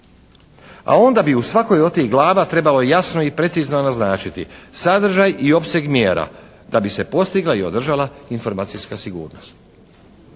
A onda bi u svakoj od tih glava trebalo jasno i precizno naznačiti. Sadržaj i opseg mjera da bi se postigla i održala informacijska sigurnost.